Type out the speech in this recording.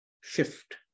shift